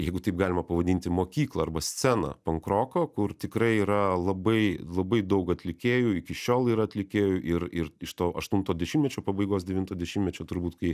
jeigu taip galima pavadinti mokyklą arba sceną pankroko kur tikrai yra labai labai daug atlikėjų iki šiol yra atlikėjų ir ir iš to aštunto dešimtmečio pabaigos devinto dešimtmečio turbūt kai